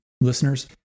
listeners